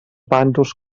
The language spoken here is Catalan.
bàndols